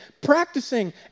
practicing